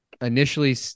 initially